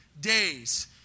days